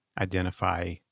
identify